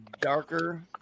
darker